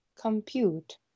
compute